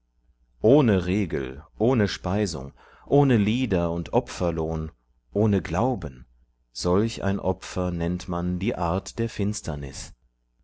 ohne regel ohne speisung ohne lieder und opferlohn ohne glauben solch ein opfer nennt man die art der finsternis